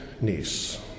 niece